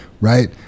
Right